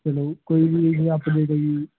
ਚਲੋ ਕੋਈ ਨਹੀਂ ਅਪਡੇਟ ਜੀ